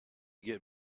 get